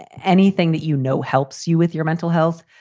anything that you know helps you with your mental health.